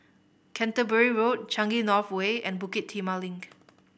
Canterbury Road Changi North Way and Bukit Timah Link